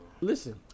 Listen